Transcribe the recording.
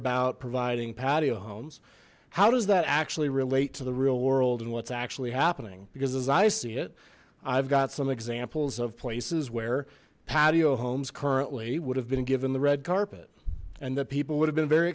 about providing patio homes how does that actually relate to the real world and what's actually happening because as i see it i've got some examples of places where patio homes currently would have been given the red carpet and that people would have been very